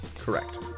Correct